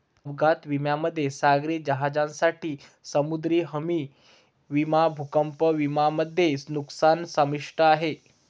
अपघात विम्यामध्ये सागरी जहाजांसाठी समुद्री हमी विमा भूकंप विमा मध्ये नुकसान समाविष्ट आहे